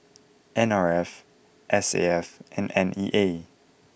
N R F S A F and N E A